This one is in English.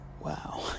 wow